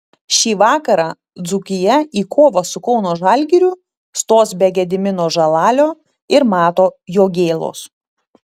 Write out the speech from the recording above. šį vakarą dzūkija į kovą su kauno žalgiriu stos be gedimino žalalio ir mato jogėlos